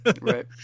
Right